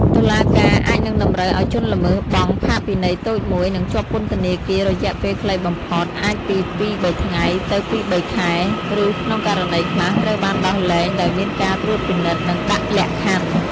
តុលាការអាចនឹងតម្រូវឲ្យជនល្មើសបង់ ផាកពិន័យតូចមួយ និងជាប់ពន្ធនាគាររយៈពេលខ្លីបំផុត អាចពីពីរបីថ្ងៃទៅពីរបីខែ ឬក្នុងករណីខ្លះ ត្រូវបានដោះលែងដោយមានការត្រួតពិនិត្យ និងដាក់លក្ខខណ្ឌ។